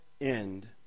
end